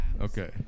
okay